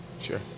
Sure